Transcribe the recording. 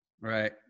Right